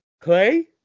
Clay